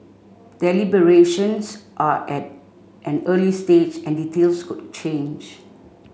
deliberations are at an early stage and details could change